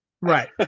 Right